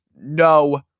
no